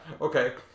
Okay